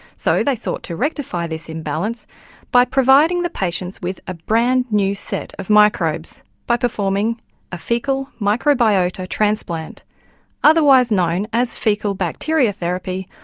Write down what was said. so they sought to rectify this imbalance by providing the patients with a brand new set of microbes by performing a faecal microbiota transplant otherwise known as faecal bacteria therapy,